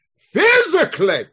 Physically